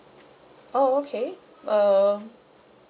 oh okay uh